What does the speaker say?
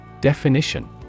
Definition